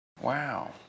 Wow